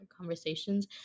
conversations